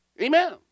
Amen